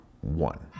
one